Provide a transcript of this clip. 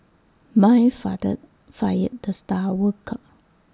my father fired the star worker